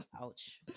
Ouch